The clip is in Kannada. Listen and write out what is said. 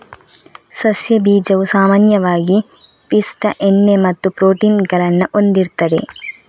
ಸಸ್ಯ ಬೀಜವು ಸಾಮಾನ್ಯವಾಗಿ ಪಿಷ್ಟ, ಎಣ್ಣೆ ಮತ್ತು ಪ್ರೋಟೀನ್ ಗಳನ್ನ ಹೊಂದಿರ್ತದೆ